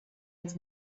was